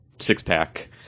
six-pack